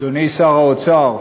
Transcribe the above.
שר האוצר,